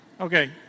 Okay